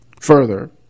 further